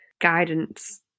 guidance